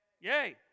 Yay